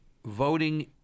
Voting